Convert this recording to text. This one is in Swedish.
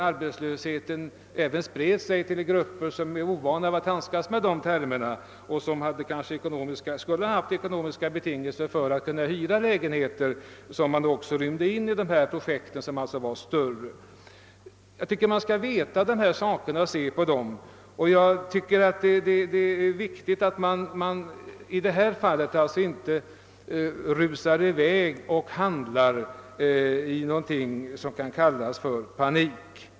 Arbetslösheten har spritt sig också till grupper som är ovana vid sådan och som kanske normalt hade kunnat hyra lägenheter av det ifrågavarande större slaget. Jag tycker att man måste erkänna dessa förhållanden och ta hänsyn till dem. Det är enligt min mening viktigt att man i detta fall inte rusar i väg och handlar i någonting som liknar panik.